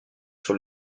sur